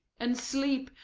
and sleep,